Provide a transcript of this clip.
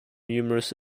numerous